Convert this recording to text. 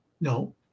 no